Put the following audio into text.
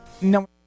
No